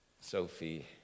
Sophie